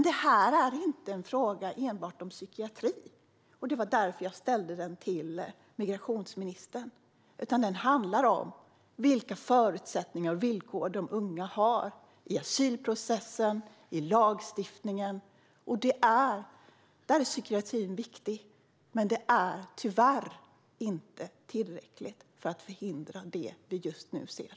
Det här är dock inte en fråga enbart om psykiatri, och det var därför jag ställde frågan till migrationsministern. Det handlar om vilka förutsättningar och villkor de unga har i asylprocessen och i lagstiftningen. Psykiatrin är viktig, men det är tyvärr inte tillräckligt för att förhindra det vi just nu ser.